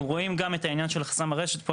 אנחנו רואים גם את העניין של החסם לרשת.